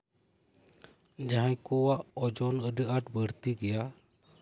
ᱡᱟᱦᱟᱸᱭ ᱠᱚᱣᱟᱜ ᱳᱡᱳᱱ ᱟᱹᱰᱤ ᱟᱴ ᱵᱟᱹᱲᱛᱤ ᱜᱮᱭᱟ